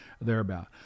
thereabout